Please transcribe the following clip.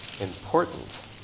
Important